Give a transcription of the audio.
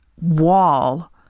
wall